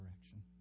direction